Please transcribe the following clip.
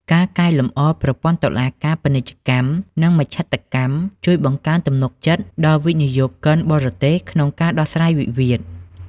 ការកែលម្អប្រព័ន្ធតុលាការពាណិជ្ជកម្ម និងមជ្ឈត្តកម្ម ជួយបង្កើនទំនុកចិត្តដល់វិនិយោគិនបរទេសក្នុងការដោះស្រាយវិវាទ។